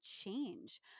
change